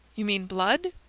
you mean blood?